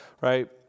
right